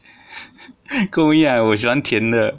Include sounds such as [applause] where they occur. [laughs] 跟我一样 leh 我喜欢甜的